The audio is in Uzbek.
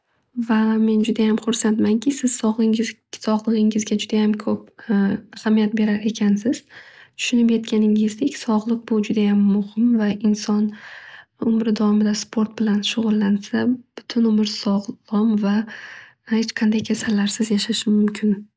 Va men judayam hursandmanki siz sog'ligingizna judayam ko'p ahamiyat berarkansiz. Tushunib yetganingizdek spg'liq va bu judayam muhim va inson umrida sport bilan shug'ullansa butun umr sog'lom va hech qanday kasallarsiz yashashi mumkin.